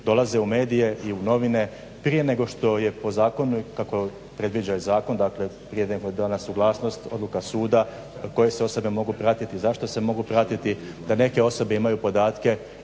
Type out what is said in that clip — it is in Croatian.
dolaze u medije i u novine prije nego što je po zakonu i kako predviđa zakon dakle prije negoli je dana suglasnost, odluka suda koje se osobe mogu pratiti, zašto se mogu pratiti, da neke osobe imaju podatke